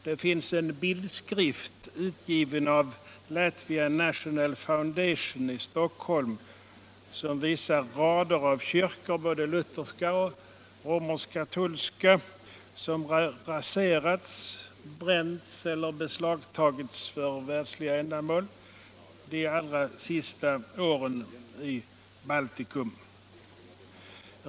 Det finns en tidskrift utgiven av Latvian National Foundation i Stockholm som visar rader av kyrkor i Baltikum, både lutherska och romersk-katolska, som har raserats, bränts eller beslagtagits för världsliga ändamål de allra senaste åren.